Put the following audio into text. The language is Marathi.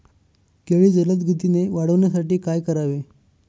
केळी जलदगतीने वाढण्यासाठी काय करावे?